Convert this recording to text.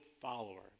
follower